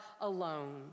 alone